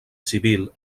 civil